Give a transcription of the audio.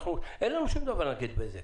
אין לנו שום דבר נגד בזק.